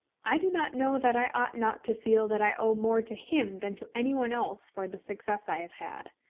i do not know that i ought not to feel that i owe more to him than to any one else for the success i have had.